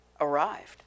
arrived